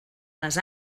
les